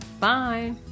Bye